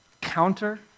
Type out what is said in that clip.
counter